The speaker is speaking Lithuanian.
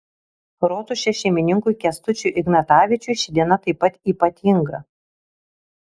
rotušės šeimininkui kęstučiui ignatavičiui ši diena taip pat ypatinga